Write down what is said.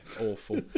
awful